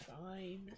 fine